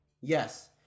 Yes